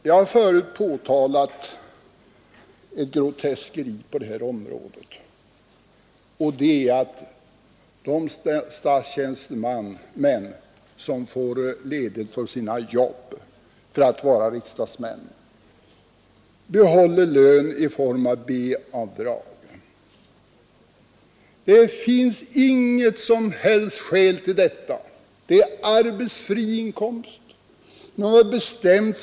Jag har förut påtalat ett groteskeri på detta område, och det är att de statstjänstemän som får ledighet från sina jobb för att vara riksdagsmän behåller viss lön. Det finns inget som helst skäl för detta. Det är arbetsfri inkomst. Det är orimligt!